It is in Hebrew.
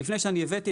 לפני שהבאתי,